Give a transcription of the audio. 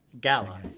Gala